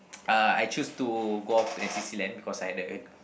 uh I choose to go off to n_c_c Land because I had a